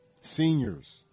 Seniors